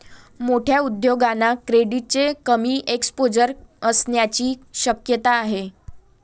मोठ्या उद्योगांना क्रेडिटचे कमी एक्सपोजर असण्याची शक्यता आहे